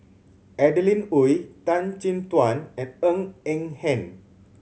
Adeline Ooi Tan Chin Tuan and Ng Eng Hen